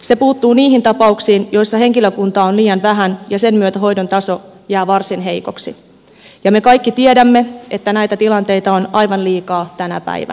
se puuttuu niihin tapauksiin joissa henkilökuntaa on liian vähän ja sen myötä hoidon taso jää varsin heikoksi ja me kaikki tiedämme että näitä tilanteita on aivan liikaa tänä päivänä